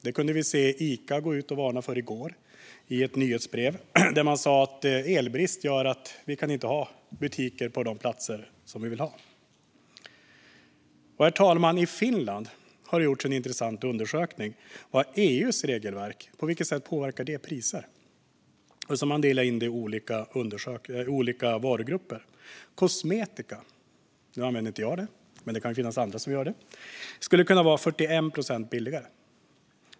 Det kunde vi se Ica gå ut och varna för i går i ett nyhetsbrev, där man sa att elbrist gör att man inte kan ha butiker på de platser där man vill ha dem. Herr talman! I Finland har det gjorts en intressant undersökning av på vilket sätt EU:s regelverk påverkar priser. Man har delat in den i olika varugrupper. Kosmetika använder inte jag, men det kan finnas andra som gör det. Den skulle kunna vara 41 procent billigare.